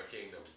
kingdom